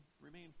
Remain